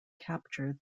capture